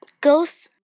goes